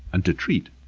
and to treat.